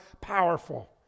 powerful